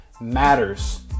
matters